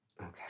Okay